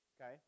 Okay